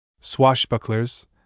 Swashbucklers